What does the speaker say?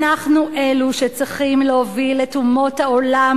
אנחנו אלו שצריכים להוביל את אומות העולם